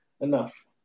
Enough